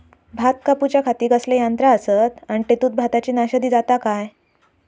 भात कापूच्या खाती कसले यांत्रा आसत आणि तेतुत भाताची नाशादी जाता काय?